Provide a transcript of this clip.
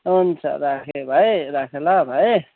हुन्छ राखेँ भाइ राखेँ ल भाइ